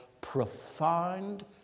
profound